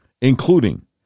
including